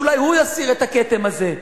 שאולי הוא יסיר את הכתם הזה.